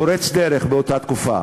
פורץ דרך באותה תקופה.